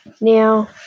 Now